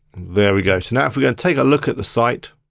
there we go, so now if we go and take a look at the site,